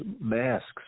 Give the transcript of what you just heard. masks